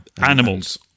animals